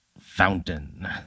Fountain